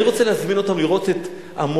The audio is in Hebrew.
אני רוצה להזמין אותם לראות את המוני